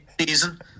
season